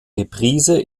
reprise